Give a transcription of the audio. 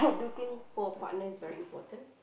looking for partner is very important